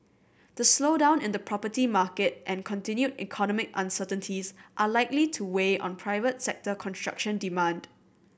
the slowdown in the property market and continued economic uncertainties are likely to weigh on private sector construction demand